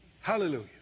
Hallelujah